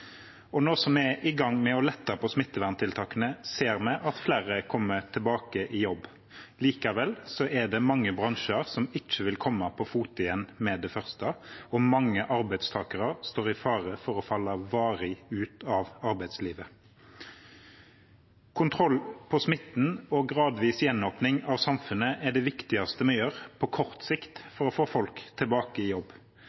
Nå som vi er i gang med å lette på smitteverntiltakene, ser vi at flere kommer tilbake i jobb. Likevel er det mange bransjer som ikke vil komme på fote igjen med det første, og mange arbeidstakere står i fare for å falle varig ut av arbeidslivet. Kontroll på smitten og gradvis gjenåpning av samfunnet er det viktigste vi gjør på kort sikt